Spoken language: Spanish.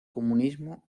comunismo